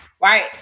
right